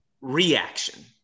reaction